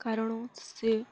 କାରଣ ସେ